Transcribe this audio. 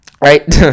right